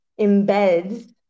embeds